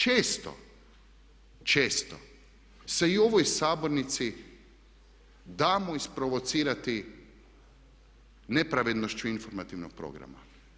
Često se i u ovoj sabornici damo isprovocirati nepravednošću informativnog programa.